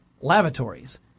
lavatories